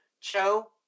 Cho